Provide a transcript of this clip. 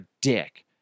dick